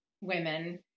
women